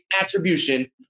attribution